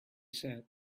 said